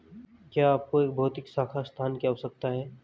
क्या आपको एक भौतिक शाखा स्थान की आवश्यकता है?